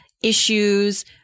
issues